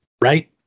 right